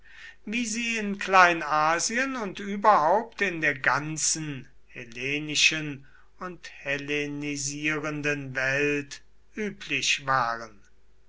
wie sie in kleinasien und überhaupt in der ganzen hellenischen und hellenisierenden welt üblich waren